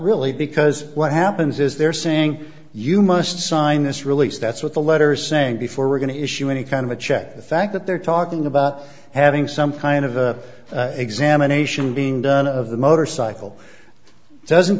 really because what happens is they're saying you must sign this release that's what the letter saying before we're going to issue any kind of a check the fact that they're talking about having some kind of examination being done of the motorcycle doesn't